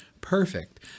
perfect